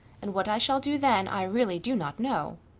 and what i shall do then i really do not know.